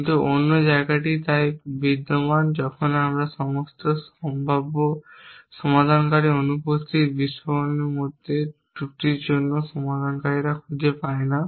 কিন্তু অন্য জায়গাটি তাই বিদ্যমান যখন আমরা সমস্ত সম্ভাব্য সমাধানকারীর অনুপস্থিত বিস্ফোরণের মধ্যে ত্রুটির জন্য সমাধানকারী খুঁজে পাই না